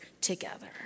together